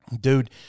Dude